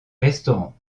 restaurants